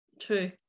True